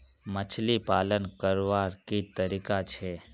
मछली पालन करवार की तरीका छे?